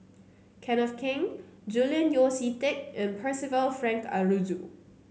Kenneth Keng Julian Yeo See Teck and Percival Frank Aroozoo